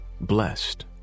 blessed